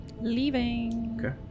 Leaving